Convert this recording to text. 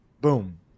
boom